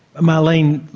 marlene,